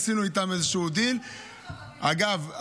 אגב,